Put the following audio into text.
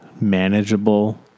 manageable